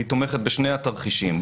היא תומכת בשני התרחישים,